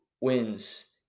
wins